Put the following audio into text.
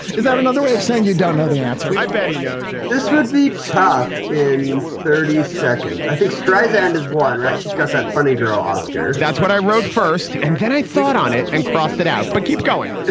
is that another way of saying you don't know the answer? i bet he knows it. this would be tough in thirty seconds i think streisand is one, right. she's got that funny girl, oscar that's what i wrote first. and then i thought on it and cross that out. but keep going